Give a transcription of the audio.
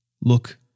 Look